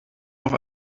noch